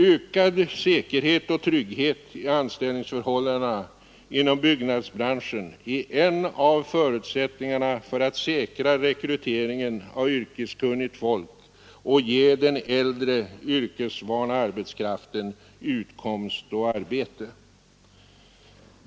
Ökad säkerhet och trygghet i anställningsförhållandena inom byggnadsbranschen är en av förutsättningarna för att säkra rekryteringen av yrkeskunnigt folk och ge den äldre yrkesvana arbetskraften utkomst och arbete.